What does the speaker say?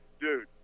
Dude